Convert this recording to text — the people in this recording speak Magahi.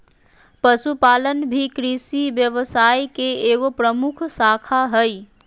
पशुपालन भी कृषि व्यवसाय के एगो प्रमुख शाखा हइ